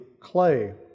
clay